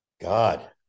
God